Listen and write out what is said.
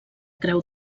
creu